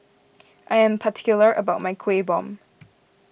I am particular about my Kuih Bom